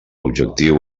objectiu